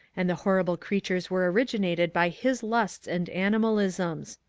and the horrible creap tures were originated by his lusts and animalisms.